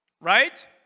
right